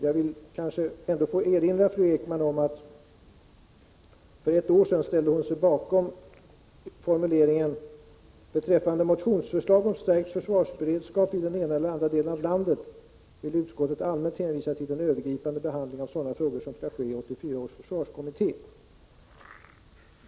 Jag vill erinra fru Ekman om att hon för ett år sedan ställde sig bakom formuleringen att beträffande motionsförslag om stärkt försvarsberedskap i den ena eller andra delen av landet vill utskottet allmänt hänvisa till den övergripande behandlingen av sådana frågor som skall ske i 1984 års försvarskommitté.